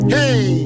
Hey